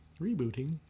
Rebooting